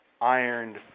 ironed